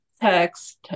text